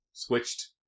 Switched